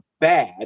bad